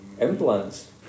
implants